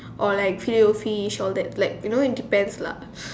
or like filet o fish or all that like you know it depends lah